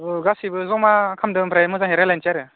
औ गासैबो जमा खालामदो ओमफ्राय मोजांङै रायज्लायनोसै आरो